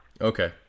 Okay